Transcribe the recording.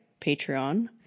Patreon